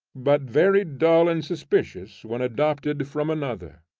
but very dull and suspicious when adopted from another.